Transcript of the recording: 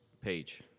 page